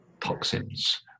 toxins